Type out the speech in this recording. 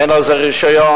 אין לזה רשיון,